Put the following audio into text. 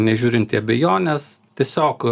nežiūrint į abejones tiesiog